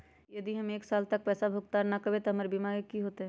यदि हम एक साल तक पैसा भुगतान न कवै त हमर बीमा के की होतै?